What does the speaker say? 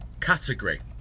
Category